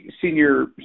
senior